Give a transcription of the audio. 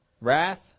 wrath